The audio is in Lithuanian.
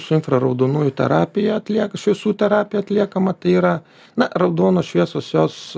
su infraraudonųjų terapija atlieka šviesų terapiją atliekama tai yra na raudonos šviesos jos